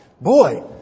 boy